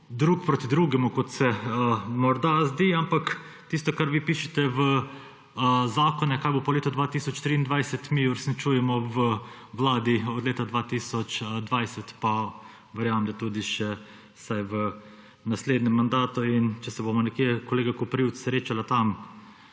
drug proti drugemu, kot se morda zdi, ampak tisto, kar vi pišete v zakone, kaj bo po letu 2023, mi uresničujemo v vladi od leta 2020, pa verjamem, da tudi še vsaj v naslednjem mandatu. In če se bova nekje, kolega Koprivc, srečala tam